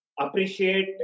appreciate